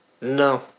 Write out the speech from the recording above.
No